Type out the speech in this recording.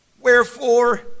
Wherefore